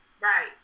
Right